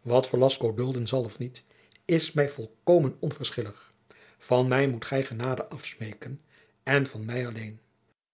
wat velasco dulden zal of niet is mij volkomen onverschillig van mij moet gij genade afsmeken en van mij alleen